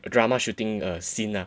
drama shooting a scene lah